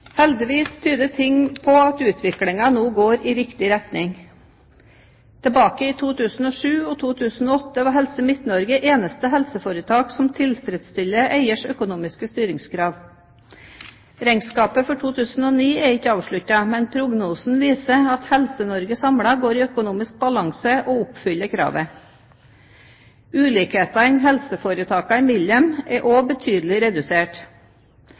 Heldigvis tyder ting på at utviklingen nå går i riktig retning. Tilbake i 2007 og 2008 var Helse Midt-Norge det eneste helseforetaket som tilfredsstilte eiers økonomiske styringskrav. Regnskapet for 2009 er ikke avsluttet, men prognosen viser at Helse-Norge samlet går i økonomisk balanse og oppfyller kravet. Ulikhetene helseforetakene imellom er også betydelig redusert.